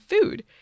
food